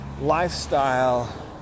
lifestyle